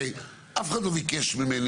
הרי אף אחד לא ביקש ממני,